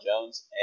Jones